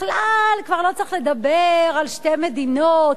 בכלל כבר לא צריך לדבר על שתי מדינות,